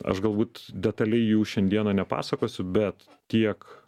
aš galbūt detaliai jų šiandieną nepasakosiu bet tiek